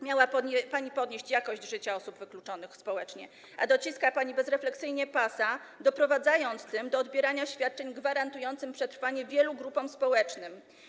Miała pani podnieść jakość życia osób wykluczonych społecznie, a dociska pani bezrefleksyjnie pasa, doprowadzając tym do odbierania świadczeń gwarantujących przetrwanie wielu grupom społecznym.